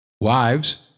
Wives